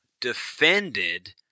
defended